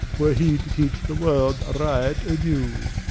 were he to teach the world riot anew.